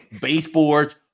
baseboards